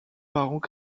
parents